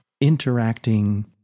interacting